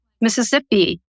Mississippi